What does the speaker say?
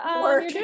work